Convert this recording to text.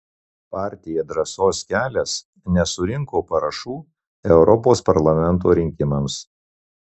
partija drąsos kelias nesurinko parašų europos parlamento rinkimams